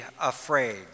afraid